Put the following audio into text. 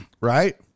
right